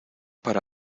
para